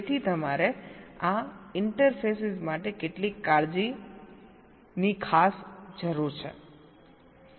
તેથી તમારે આ ઇન્ટરફેસિસ માટે કેટલીક ખાસ કાળજીની જરૂર છે